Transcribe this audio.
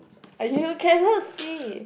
and you cannot see